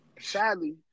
Sadly